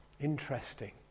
interesting